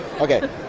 Okay